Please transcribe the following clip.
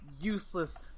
useless